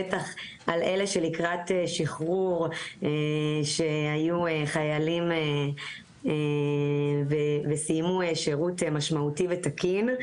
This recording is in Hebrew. בטח על אלה שלקראת שחרור שהיו חיילים וסיימו שרות משמעותי ותקין.